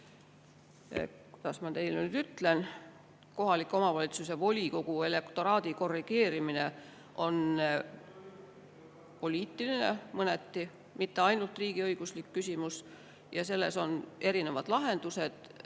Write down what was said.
Kohaliku omavalitsuse volikogu elektoraadi korrigeerimine on mõneti ka poliitiline, mitte ainult riigiõiguslik küsimus ja selle puhul on erinevad lahendused.